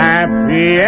Happy